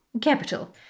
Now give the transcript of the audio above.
Capital